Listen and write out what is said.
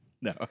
No